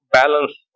balance